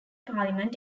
parliament